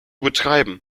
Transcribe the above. betreiben